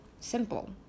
simple